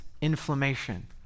inflammation